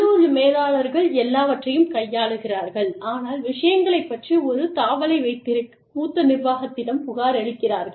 உள்ளூர் மேலாளர்கள் எல்லாவற்றையும் கையாளுகிறார்கள் ஆனால் விஷயங்களைப் பற்றி ஒரு தாவலை வைத்திருக்க மூத்த நிர்வாகத்திடம் புகாரளிக்கிறார்கள்